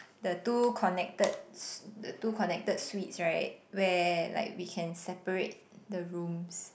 the two connected sui~ the two connected suites right where like we can separate the rooms